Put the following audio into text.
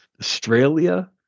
Australia